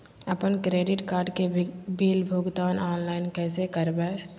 अपन credit card के bill के भुगतान ऑनलाइन कैसे करबैय?